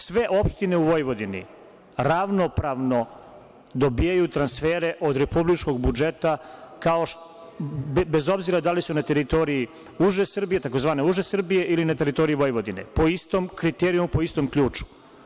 Sve opštine u Vojvodini ravnopravno dobijaju transfere od republičkog budžeta, bez obzira da li su na teritoriji, takozvane, uže Srbije ili na teritoriji Vojvodine, po istom kriterijumu, po istom ključu.